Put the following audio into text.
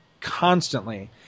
constantly